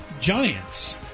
Giants